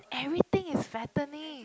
everything is fattening